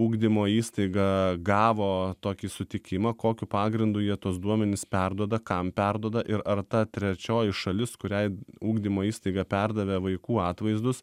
ugdymo įstaiga gavo tokį sutikimą kokiu pagrindu jie tuos duomenis perduoda kam perduoda ir ar ta trečioji šalis kuriai ugdymo įstaiga perdavė vaikų atvaizdus